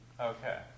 Okay